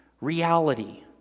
reality